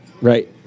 Right